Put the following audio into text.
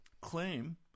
claim